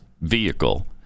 vehicle